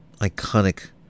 Iconic